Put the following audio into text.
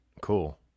cool